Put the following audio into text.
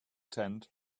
tent